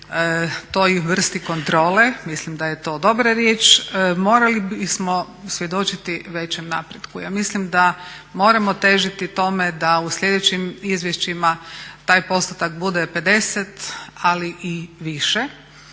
toj vrsti kontrole, mislim da je to dobra riječ, morali bismo svjedočiti većem napretku. Ja mislim da moramo težiti tome da u sljedećim izvješćima taj postotak bude 50 ali i više,